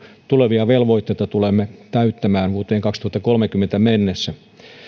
tulevia velvoitteita tulemme täyttämään vuoteen kaksituhattakolmekymmentä mennessä